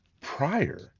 prior